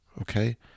Okay